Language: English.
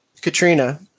Katrina